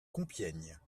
compiègne